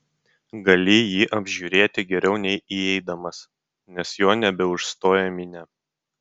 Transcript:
gali jį apžiūrėti geriau nei įeidamas nes jo nebeužstoja minia